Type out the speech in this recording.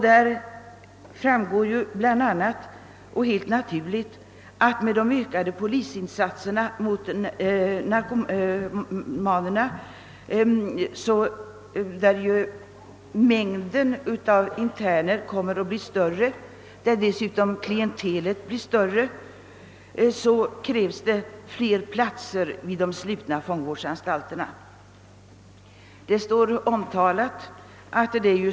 Det framgår bl.a. — och helt naturligt — att med de ökade polisinsatserna mot narkomanerna blir antalet interner större. Därför krävs fler platser vid de slutna fångvårdsanstalterna.